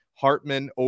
Hartman